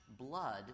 blood